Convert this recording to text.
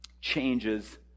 changes